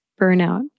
burnout